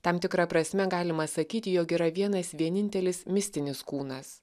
tam tikra prasme galima sakyti jog yra vienas vienintelis mistinis kūnas